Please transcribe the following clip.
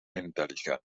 intelligent